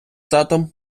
татом